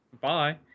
Bye